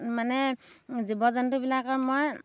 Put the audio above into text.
মানে জীৱ জন্তুবিলাকৰ মই